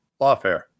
lawfare